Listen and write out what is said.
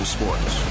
Sports